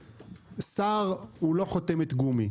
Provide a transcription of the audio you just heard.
שר הוא לא חותמת גומי,